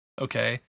okay